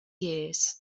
years